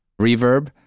reverb